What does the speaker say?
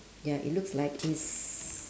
ya it looks like it's